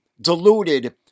deluded